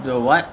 the what